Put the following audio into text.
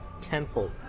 tenfold